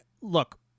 look